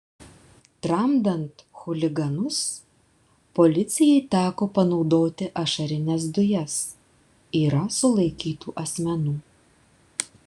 tramdant chuliganus policijai teko panaudoti ašarines dujas yra sulaikytų asmenų